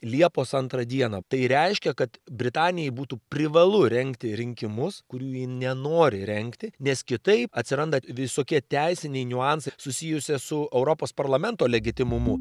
liepos antrą dieną tai reiškia kad britanijai būtų privalu rengti rinkimus kurių ji nenori rengti nes kitaip atsiranda visokie teisiniai niuansai susijusia su europos parlamento legitimumu